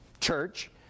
church